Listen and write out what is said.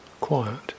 Quiet